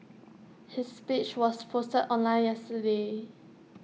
his speech was posted online yesterday